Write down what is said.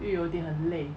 又有点很累